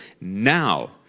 now